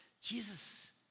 Jesus